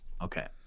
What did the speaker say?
okay